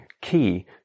key